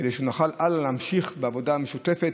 כדי שנוכל להמשיך הלאה בעבודה המשותפת